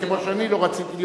כמו שאני לא רציתי,